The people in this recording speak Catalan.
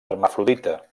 hermafrodita